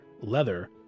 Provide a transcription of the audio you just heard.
leather